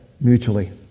mutually